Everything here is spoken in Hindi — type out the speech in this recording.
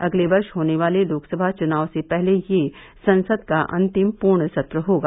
अगले वर्ष होने वाले लोकसभा चुनाव से पहले यह संसद का अंतिम पूर्ण सत्र होगा